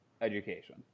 education